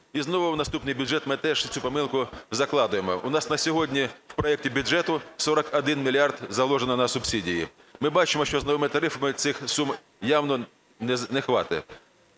І знову у наступний бюджет ми теж цю помилку закладаємо. У нас на сьогодні в проекті бюджету 41 мільярд заложено на субсидії. Ми бачимо, що з новими тарифами цих сум явно не хватить.